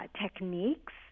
techniques